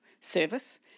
service